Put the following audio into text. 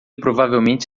provavelmente